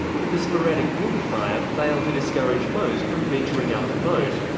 but the sporadic mortar fire failed to discourage most from venturing out to vote.